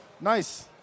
Nice